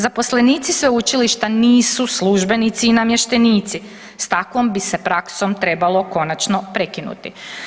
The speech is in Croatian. Zaposlenici sveučilišta nisu službenici i namještenici, s takvom bi se praksom trebalo konačno prekinuti.